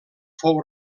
fou